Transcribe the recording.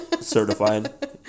certified